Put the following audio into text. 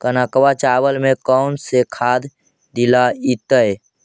कनकवा चावल में कौन से खाद दिलाइतै?